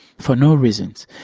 for no reasons,